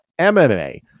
MMA